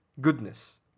goodness